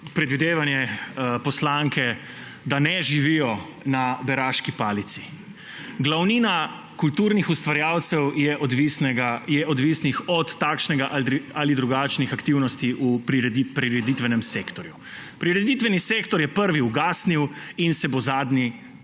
predvidevanje poslanke, da ne živijo na beraški palici. Glavnina kulturnih ustvarjalcev je odvisna od takšnih ali drugačnih aktivnosti v prireditvenem sektorju. Prireditveni sektor je prvi ugasnil in se bo zadnji